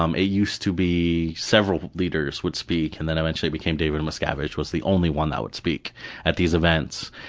um used to be several leaders would speak, and then eventually it became david miscaviage was the only one that would speak at these events.